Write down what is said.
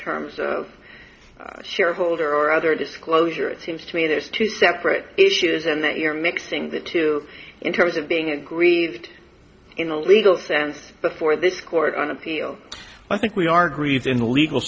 terms of shareholder or other disclosure it seems to me there's two separate issues and that you're mixing the two in terms of being aggrieved in a legal sense but for this court on appeal i think we are grieved in the legal